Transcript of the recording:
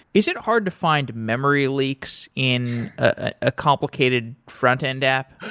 is it hard to find memory leaks in a complicated frontend app?